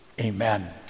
amen